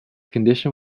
condition